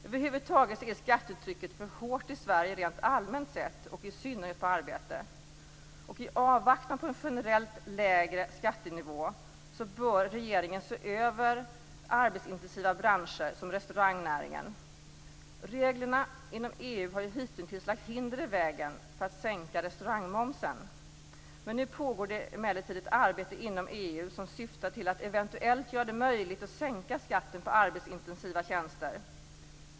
Över huvud taget är skattetrycket för hårt i Sverige rent allmänt sett och i synnerhet på arbete. I avvaktan på en generellt lägre skattenivå bör regeringen se över arbetsintensiva branscher som restaurangnäringen. Reglerna inom EU har hitintills lagt hinder i vägen för att sänka restaurangmomsen, men nu pågår det emellertid ett arbete inom EU som syftar till att eventuellt göra det möjligt att sänka skatten på arbetsintensiva tjänster.